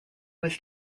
was